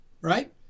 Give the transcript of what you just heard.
right